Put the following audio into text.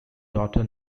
daughter